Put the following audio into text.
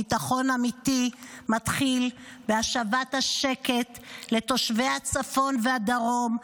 ביטחון אמיתי מתחיל בהשבת השקט לתושבי הצפון והדרום,